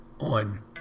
on